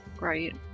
right